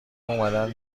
اومدن